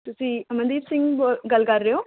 ਤੁਸੀਂ ਅਮਨਦੀਪ ਸਿੰਘ ਬੋ ਗੱਲ ਕਰ ਰਹੇ ਹੋ